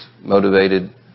motivated